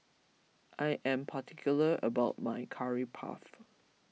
I am particular about my Curry Puff